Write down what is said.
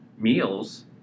meals